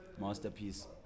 masterpiece